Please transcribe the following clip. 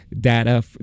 data